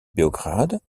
beograd